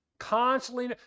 constantly